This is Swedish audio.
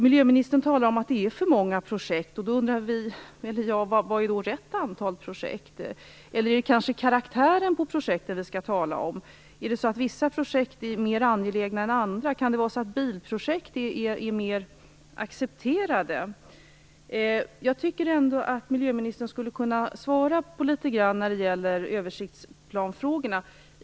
Miljöministern talar om att det är för många projekt, och då undrar jag: Vad är då rätt antal projekt? Eller är det kanske karaktären på projekten vi skall tala om. Är det så att vissa projekt är mer angelägna än andra? Kan det vara så att bilprojekt är mer accepterade? Jag tycker ändå att miljöministern skulle kunna komma med litet svar när det gäller översiktsplanfrågorna.